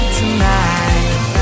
tonight